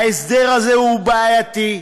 ההסדר הזה הוא בעייתי.